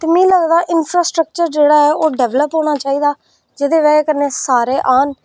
ते मिगी लगदा ऐ की इंफ्रास्ट्रक्चर जेह्ड़ा ओह् डवैल्प होना चाहिदा जेह्दी बजह कन्नै सारे औन